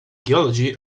geology